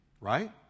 Right